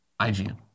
IGN